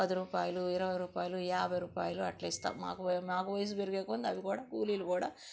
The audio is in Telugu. పది రూపాయలు ఇరవై రూపాయలు యాభై రూపాయలు అట్లా ఇస్తాం మాకు వ మాకు వయసు పెరిగే కొలది అవి కూడా కూలీలు కూడా